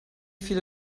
viele